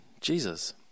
Jesus